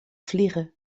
vliegen